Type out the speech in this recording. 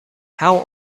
how